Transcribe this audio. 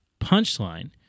punchline